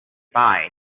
bye